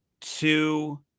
two